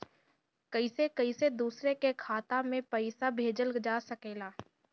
कईसे कईसे दूसरे के खाता में पईसा भेजल जा सकेला?